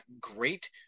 great